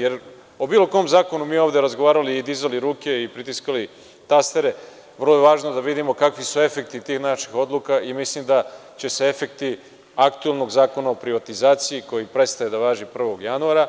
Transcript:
Jer, o bilo kom zakonu mi ovde razgovarali i dizali ruke, i pritiskali tastere, vrlo je važno da vidimo kakvi su efekti tih naših odluka i mislim da će se efekti aktuelnog Zakona o privatizaciji koji prestaje da važi 1. januara,